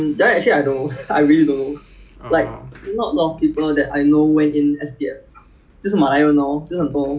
Jacob 的 brother 是警察 then err church Marvin 就是警察 [what] ya